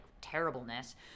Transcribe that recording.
terribleness